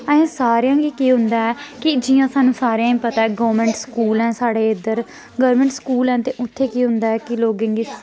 असें सारेआ गी केह् होंदा ऐ कि जि'यां सानूं सारें गी पता ऐ गौरमेंट स्कूल ऐ साढ़े इद्धर गौरमेंट स्कूल न ते उत्थें केह् होंदा ऐ कि लोगें गी